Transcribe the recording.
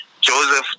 joseph